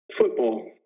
Football